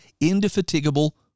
indefatigable